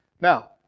Now